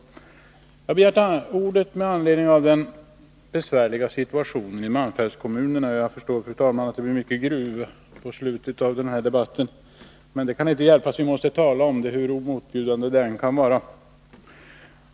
Jag har begärt ordet med anledning av den besvärliga situationen i malmfältskommunerna. Jag förstår, fru talman, att det blir mycket ”gruvprat” i slutet av den här debatten, men det kan inte hjälpas. Vi måste tala om det, hur motbjudande det än kan vara.